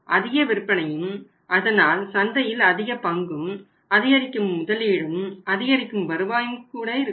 அதிக விற்பனையும் அதனால் சந்தையில் அதிக பங்கும் அதிகரிக்கும் முதலீடும் அதிகரிக்கும் வருவாயும் கூட இருக்கும்